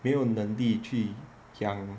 没有能力去养